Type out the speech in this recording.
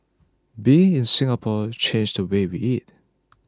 being in Singapore changed the way we eat